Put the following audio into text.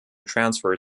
transfer